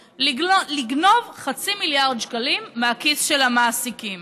לגנוב חצי מיליארד שקלים מהכיס של המעסיקים.